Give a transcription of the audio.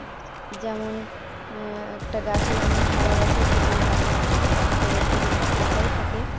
যেমন একটা গাছে যেমন সারা বছর তেঁতুল পাকে না তেঁতুলটা কাঁচাই থাকে